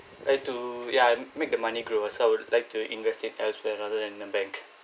eh to ya make the money grow so I would like to invest it elsewhere rather than a bank